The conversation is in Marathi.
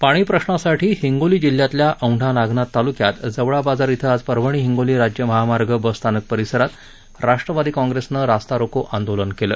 पाणी प्रश्नासाठी हिंगोली जिल्ह्यातल्या औंढा नागनाथ तालुक्यात जवळाबाजार ॐ आज परभणी हिंगोली राज्य महामार्ग बसस्थानक परिसरात राष्ट्रवादी कॉंग्रेसनं रास्ता रोको आंदोलन केलं